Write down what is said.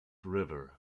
river